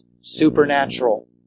supernatural